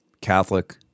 Catholic